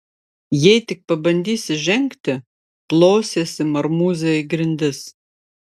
jei tik pabandysi žengti plosiesi marmūze į grindis